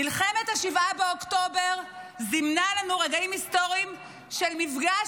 מלחמת 7 באוקטובר זימנה לנו רגעים היסטוריים של מפגש